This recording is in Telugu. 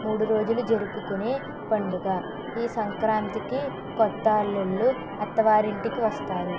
మూడు రోజులు జరుపుకునే పండుగ ఈ సంక్రాంతికి కొత్త అల్లుళ్లు అత్తవారింటికి వస్తారు